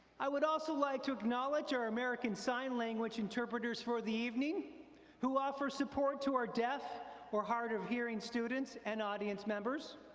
i would also like to acknowledge our american sign language interpreters for the evening who offer support to our deaf or hard of hearing students and audience members.